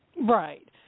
Right